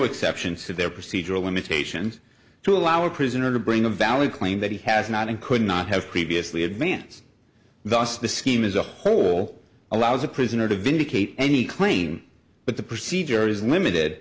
exceptions to their procedural limitations to allow a prisoner to bring a valid claim that he has not and could not have previously advanced thus the scheme as a whole allows a prisoner to vindicate any claim but the procedure is limited